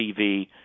TV